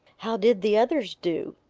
how did the others do?